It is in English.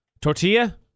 Tortilla